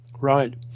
Right